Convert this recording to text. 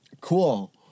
Cool